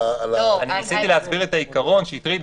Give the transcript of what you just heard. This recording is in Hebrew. ניסיתי להסביר את העיקרון שהטריד,